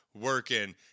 working